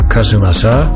Kazumasa